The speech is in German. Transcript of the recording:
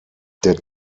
der